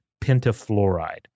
pentafluoride